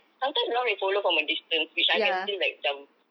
sometimes dia orang will follow from a distance which I can still like macam